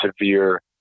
severe